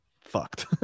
fucked